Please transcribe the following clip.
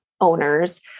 owners